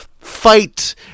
fight